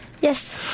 Yes